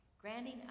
granting